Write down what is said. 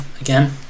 Again